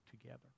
together